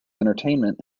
entertainment